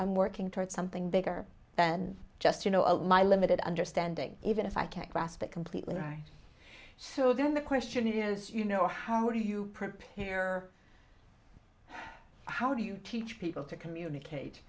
i'm working towards something bigger than just you know a lie limited understanding even if i can't grasp it completely right so then the question is you know how do you print here how do you teach people to communicate